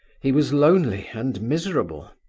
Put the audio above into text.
he was lonely and miserable,